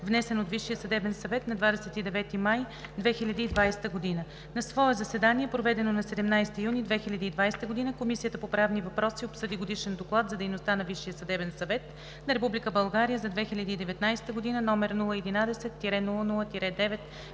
внесен от Висшия съдебен съвет на 29 май 2020 г. На свое заседание, проведено на 17 юни 2020 г., Комисията по правни въпроси обсъди Годишен доклад за дейността на Висшия съдебен съвет на Република България за 2019 г., № 011-00-9,